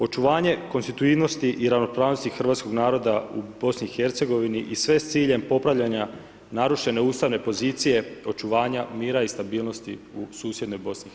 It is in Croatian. Očuvanje konstitutivnosti i ravnopravnosti hrvatskog naroda u BIH i sve s ciljem popravljanja narušene ustavne pozicije, očuvanja, mira i stabilnosti u susjednoj BIH.